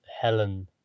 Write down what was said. Helen